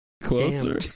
Closer